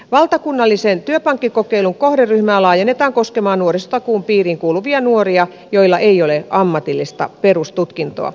valtakunnallisen työpankkikokeilun kohderyhmää laajennetaan koskemaan nuorisotakuun piiriin kuuluvia nuoria joilla ei ole ammatillista perustutkintoa